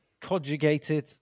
conjugated